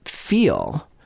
feel